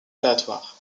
aléatoire